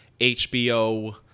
HBO